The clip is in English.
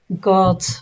God